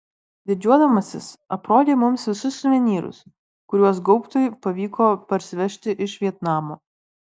didžiuodamasis aprodė mums visus suvenyrus kuriuos gaubtui pavyko parsivežti iš vietnamo